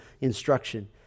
instruction